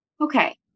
okay